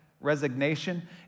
resignation